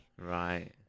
Right